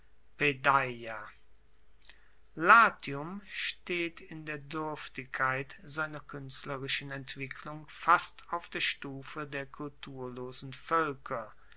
latium steht in der duerftigkeit seiner kuenstlerischen entwicklung fast auf der stufe der kulturlosen voelker